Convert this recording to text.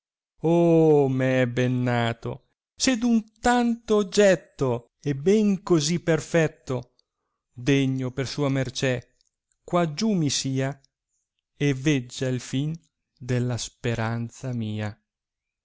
me ben nato se d un tanto oggetto e ben così perfetto degno per sua mercè qua giù mi sia e veggia il fin della speranza mia